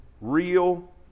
real